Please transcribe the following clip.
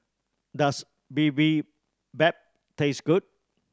does Bibimbap taste good